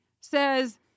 says